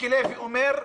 מיקי לוי אומר,